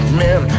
men